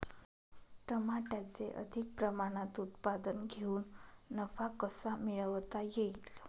टमाट्याचे अधिक प्रमाणात उत्पादन घेऊन नफा कसा मिळवता येईल?